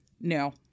No